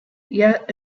yet